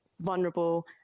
vulnerable